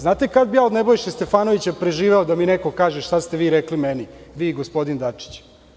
Znate kad bi ja od Nebojše Stefanovića preživeo da mi neko kaže šta ste vi rekli meni, vi i gospodin Dačić.